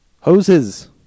Hoses